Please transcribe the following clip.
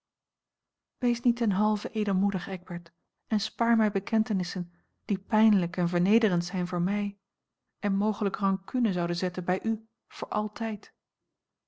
wees niet ten halve edelmoedig eckbert en spaar mij bekentenissen die pijnlijk en vernederend zijn voor mij en mogelijk rancune zouden zetten bij u voor altijd